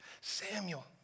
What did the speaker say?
Samuel